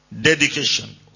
Dedication